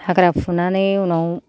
हाग्रा फुनानै उनाव